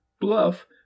bluff